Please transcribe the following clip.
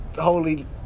Holy